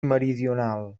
meridional